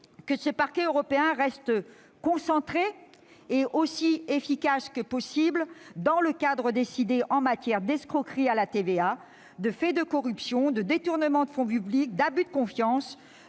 que ce Parquet européen reste concentré et aussi efficace que possible dans le cadre décidé : escroqueries à la TVA, faits de corruption, détournement de fonds publics, abus de confiance,